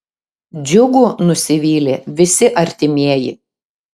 džiugu nusivylė visi artimieji